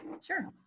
sure